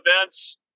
events